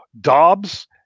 Dobbs